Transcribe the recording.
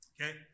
Okay